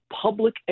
public